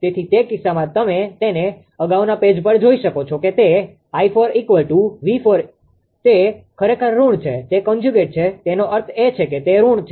તેથી તે કિસ્સામાં તેને તમે અગાઉના પેજ પર જોઈ શકો છો કે તે 𝑖4 𝑉4∗ તે ખરેખર ઋણ છે તે કોન્જ્યુગેટ છે તેનો અર્થ એ છે કે તે ઋણ છે